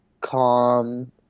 calm